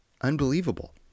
Unbelievable